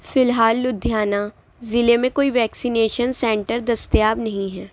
فی الحال لدھیانہ ضلع میں کوئی ویکسینیشن سینٹر دستیاب نہیں ہے